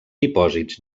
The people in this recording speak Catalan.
dipòsits